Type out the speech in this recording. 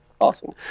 Awesome